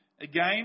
Again